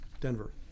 Denver